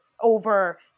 over